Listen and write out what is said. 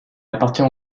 appartient